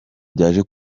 byaje